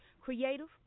Creative